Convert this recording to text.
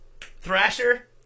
Thrasher